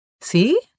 See